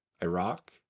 Iraq